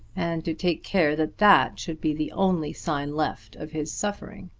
and to take care that that should be the only sign left of his suffering?